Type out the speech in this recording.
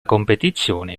competizione